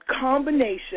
combination